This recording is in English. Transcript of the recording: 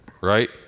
right